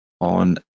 on